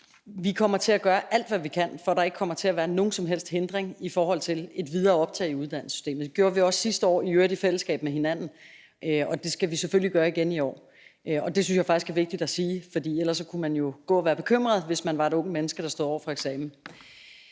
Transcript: vi kommer til at gøre alt, hvad vi kan, for at der ikke kommer til at være nogen som helst hindring i forhold til et videre optag i uddannelsessystemet. Det gjorde vi også sidste år, i øvrigt i fællesskab, og det skal vi selvfølgelig gøre igen i år. Det synes jeg faktisk er vigtigt at sige, for ellers kunne man jo gå og være bekymret, hvis man var et ungt menneske, der stod over for eksamen.